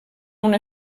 una